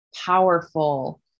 powerful